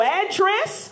address